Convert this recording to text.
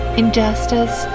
injustice